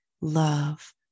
love